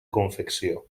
confecció